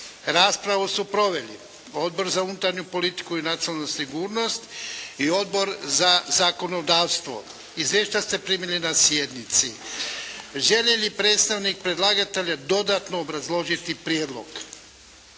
Raspravu su proveli Odbor za unutarnju politiku i nacionalnu sigurnost i Odbor za zakonodavstvo. Izvješća ste primili na sjednici. Želi li predstavnik predlagatelja dodatno obrazložiti prijedlog?